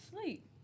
sleep